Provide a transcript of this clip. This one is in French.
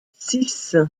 six